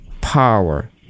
power